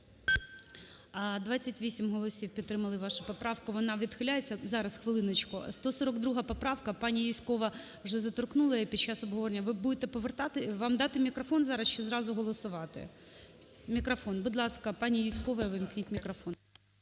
28 голосів підтримали вашу поправку, вона відхиляється. (Шум у залі) Зараз, хвилиночку. 142 поправка. Пані Юзькова вже заторкнула її під час обговорення. Ви будете повертати? Вам дати мікрофон зараз чи зразу голосувати? Мікрофон. Будь ласка, пані Юзьковій увімкніть мікрофон.